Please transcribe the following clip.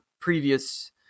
previous